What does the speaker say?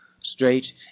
Straight